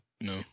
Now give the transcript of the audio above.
No